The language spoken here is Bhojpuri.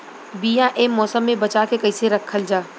बीया ए मौसम में बचा के कइसे रखल जा?